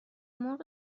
مرغ